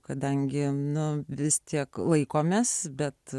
kadangi nu vis tiek laikomės bet